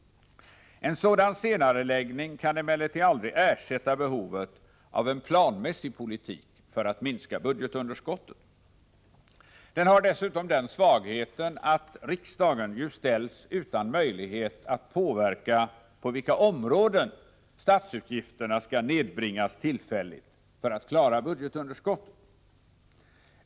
En sådan senareläggning kan emellertid aldrig ersätta behovet av en planmässig politik för att minska budgetunderskottet. Den har dessutom den svagheten att riksdagen ställs utan möjlighet att påverka på vilka områden statsutgifterna skall nedbringas tillfälligt för att budgetunderskottet skall klaras.